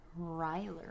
Ryler